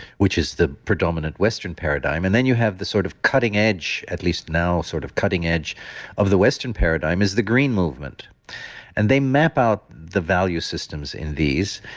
which is the predominant western paradigm, and then you have the sort of cutting edge at least now sort of cutting edge of the western paradigm is the green movement and they map out the value systems in these.